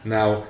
now